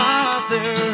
Father